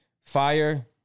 fire